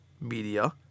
media